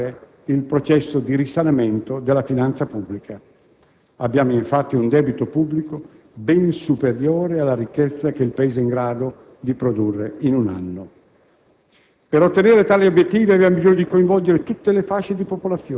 Dobbiamo consolidare la crescita economica e dobbiamo completare il processo di risanamento della finanza pubblica. Abbiamo, infatti, un debito pubblico ben superiore alla ricchezza che il Paese è in grado di produrre in un anno.